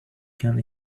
can